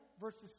Verses